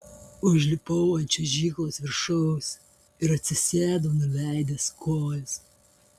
užlipau ant čiuožyklos viršaus ir atsisėdau nuleidęs kojas